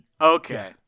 Okay